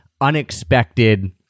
unexpected